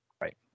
Right